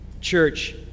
Church